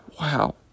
wow